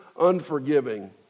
unforgiving